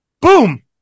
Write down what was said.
boom